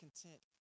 content